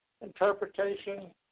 interpretation